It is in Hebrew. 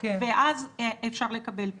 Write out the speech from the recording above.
ואז אפשר לקבל פטור.